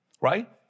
right